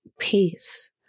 Peace